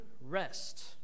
rest